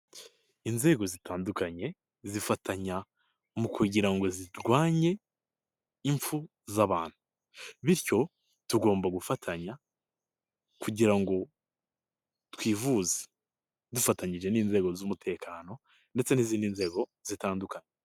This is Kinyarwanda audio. Inzego zitandukanye zifatanya mu kugira ngo zirwanye impfu z'abantu, bityo tugomba gufatanya kugira ngo twivuze dufatanyije n'inzego z'umutekano ndetse n'izindi nzego zitandukanye.